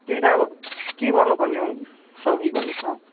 त्यही त अब के गर्नुपर्ने हो साहुजी भन्नुहोस् न